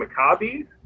Maccabi